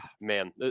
Man